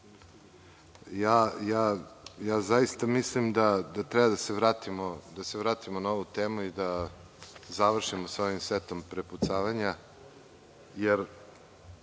Zaista mislim da treba da se vratimo na ovu temu i završimo sa ovim setom prepucavanja jer